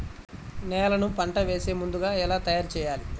నేలను పంట వేసే ముందుగా ఎలా తయారుచేయాలి?